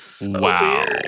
wow